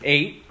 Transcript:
Eight